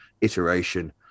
iteration